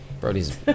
Brody's